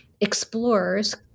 explorers